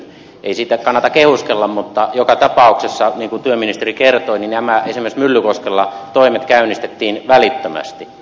ei siitä kannata kehuskella mutta joka tapauksessa niin kuin työministeri kertoi nämä toimet esimerkiksi myllykoskella käynnistettiin välittömästi